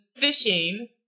fishing